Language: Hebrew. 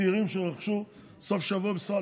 צעירים שרכשו סוף שבוע בספרד,